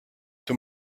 two